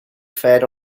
fed